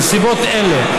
בנסיבות אלה,